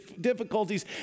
difficulties